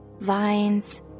vines